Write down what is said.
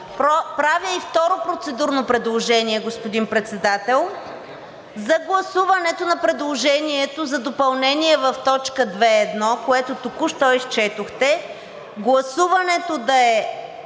правя и второ процедурно предложение, господин Председател, за гласуването на предложението за допълнение в т. 2.1., което току-що изчетохте: гласуването да е